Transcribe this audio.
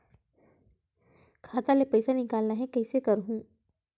खाता ले पईसा निकालना हे, कइसे करहूं?